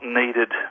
needed